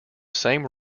same